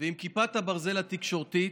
ועם כיפת הברזל התקשורתית,